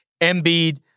Embiid